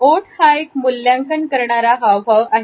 ओठ हा एक मूल्यांकन करणारा हावभाव आहे